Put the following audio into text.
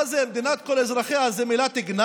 מה, מדינת כל אזרחיה אלו